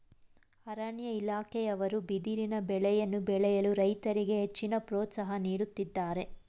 ಅರಣ್ಯ ಇಲಾಖೆಯವರು ಬಿದಿರಿನ ಬೆಳೆಯನ್ನು ಬೆಳೆಯಲು ರೈತರಿಗೆ ಹೆಚ್ಚಿನ ಪ್ರೋತ್ಸಾಹ ನೀಡುತ್ತಿದ್ದಾರೆ